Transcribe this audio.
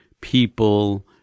people